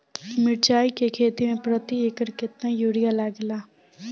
मिरचाई के खेती मे प्रति एकड़ केतना यूरिया लागे ला?